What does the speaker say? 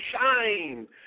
shine